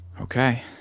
Okay